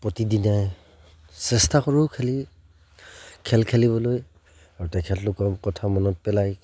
প্ৰতিদিনাই চেষ্টা কৰোঁ খেলি খেল খেলিবলৈ আৰু তেখেতলোকৰ কথা মনত পেলাই